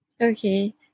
Okay